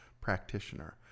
practitioner